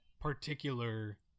particular